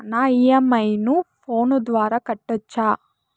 నా ఇ.ఎం.ఐ ను ఫోను ద్వారా కట్టొచ్చా?